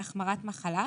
ובנכות כתוצאה מהחמרת מחלה,